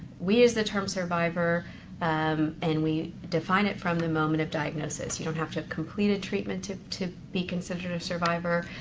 we use the term survivor um and we define it from the moment of diagnosis. you don't have to have completed treatment to to be considered a survivor.